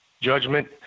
judgment